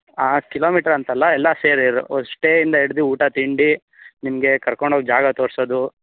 kilometre ಅಂತಲ್ಲ ಎಲ್ಲ ಸೇರಿ ಅದು ಸ್ಟೇಯಿಂದ ಹಿಡಿದು ಊಟ ತಿಂಡಿ ನಿಮಗೆ ಕರ್ಕೊಂಡೋಗಿ ಜಾಗ ತೋರಿಸೋದು